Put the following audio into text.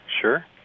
sure